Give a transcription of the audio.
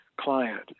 client